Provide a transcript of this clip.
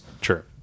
Sure